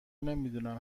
نمیدونم